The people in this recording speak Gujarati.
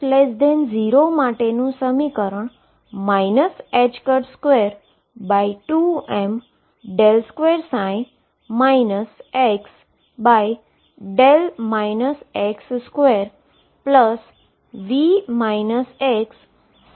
x0 માટેનું સમીકરણ 22md2 xd x2V x xEψ xથઈ જશે